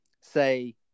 say